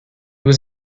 was